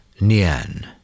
Nian